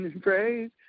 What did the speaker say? Praise